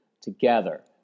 together